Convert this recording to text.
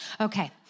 Okay